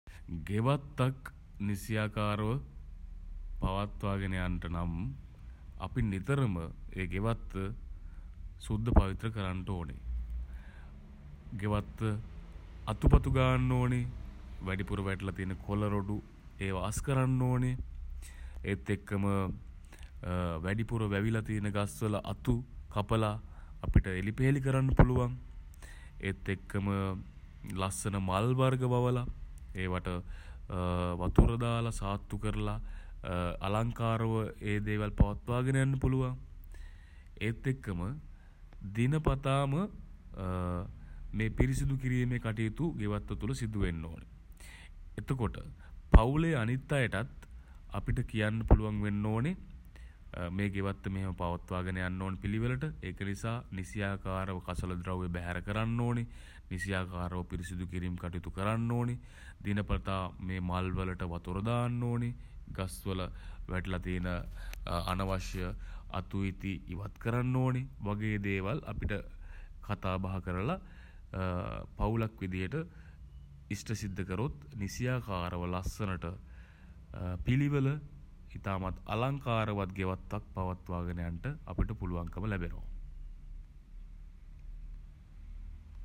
ගෙවත්තක් නිසියාකාරව පවත්වාගෙන යන්ට නම් අපි නිතරම ඒ ගෙවත්ත සුද්ද පවිත්‍ර කරන්ට ඕනෙ. ගෙවත්ත අතුපතු ගාන්න ඕනේ. වැඩිපුර වැටිල තියෙන කොළ රොඩු ඒවා අස් කරන්න ඕනේ. ඒත් එක්කම වැඩිපුර වැවිලා තියෙන ගස් වල අතු කපලා අපිට එළි පෙහෙළි කරන්න පුළුවන්. ඒත් එක්කම ලස්සන මල් වර්ග වවලා ඒවාට වතුර දාලා සාත්තු කරලා අලංකාරව ඒ දේවල් පවත්වාගෙන යන්න පුළුවන්. ඒත් එක්කම දිනපතාම මේ පිරිසිදු කිරීමේ කටයුතු ගෙවත්ත තුළ සිදුවෙන්න ඕනේ. එතකොට පවුලේ අනිත් අයටත් අපිට කියන්න පුළුවන් වෙන්න ඕනේ මේ ගෙවත්ත මෙහෙම පවත්වාගෙන යන්න ඕන පිළිවෙලට ඒක නිසා නිසියාකාරව කසල ද්‍රව්‍ය බැහැර කරන්න ඕනි නිසියාකාරව පිරිසිදු කිරීම් කටයුතු කරන්න ඕන දිනපතා මේ මල්වලට වතුර දාන්න ඕනි ගස්වල වැටිලා තියෙන අනවශ්‍ය අතු ඉති ඉවත් කරන්න ඕනි වගේ දේවල් අපිට කතා බහ කරලා පවුලක් විදියට ඉෂ්ට සිද්ධ කරොත් නිසියාකාරව ලස්සනට පිළිවෙල ඉතාමත් අලංකාරවත් ගෙවත්තක් පවත්වාගෙන යන්ට අපිට පුළුවන්කම ලැබෙනවා.